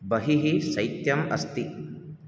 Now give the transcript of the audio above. बहिः शैत्यम् अस्ति